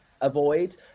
avoid